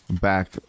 back